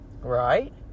Right